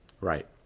Right